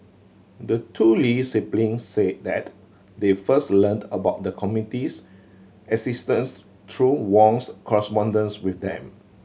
the two Lee siblings said that they first learned about the committee's existence through Wong's correspondence with them